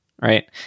right